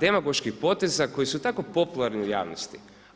demagoških poteza koji su tako popularni u javnosti.